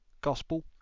gospel